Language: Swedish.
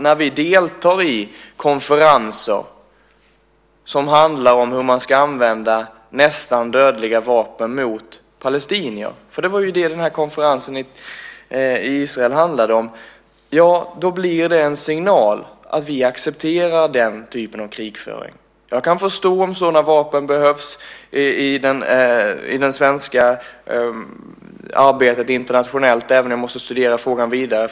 När vi deltar i konferenser som handlar om hur man ska använda nästan dödliga vapen mot palestinier - det var ju det som konferensen i Israel handlade om - blir det en signal om att vi accepterar den typen av krigföring. Jag kan förstå om sådana vapen behövs i det svenska arbetet internationellt, även om jag förstås måste studera frågan vidare.